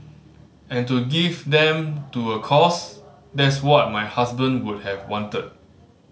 and to give them to a cause that's what my husband would have wanted